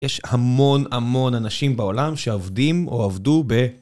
יש המון המון אנשים בעולם שעבדים או עבדו ב...